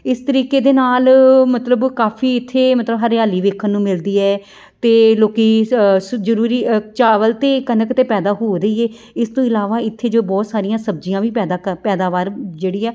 ਇਸ ਤਰੀਕੇ ਦੇ ਨਾਲ ਮਤਲਬ ਉਹ ਕਾਫੀ ਇੱਥੇ ਮਤਲਬ ਹਰਿਆਲੀ ਵੇਖਣ ਨੂੰ ਮਿਲਦੀ ਹੈ ਅਤੇ ਲੋਕ ਸ ਜ਼ਰੂਰੀ ਅ ਚਾਵਲ ਅਤੇ ਕਣਕ ਤਾਂ ਪੈਦਾ ਹੋ ਰਹੀ ਹੈ ਇਸ ਤੋਂ ਇਲਾਵਾ ਇੱਥੇ ਜੋ ਬਹੁਤ ਸਾਰੀਆਂ ਸਬਜ਼ੀਆਂ ਵੀ ਪੈਦਾ ਕੀ ਪੈਦਾਵਾਰ ਜਿਹੜੀ ਆ